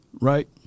Right